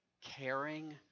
caring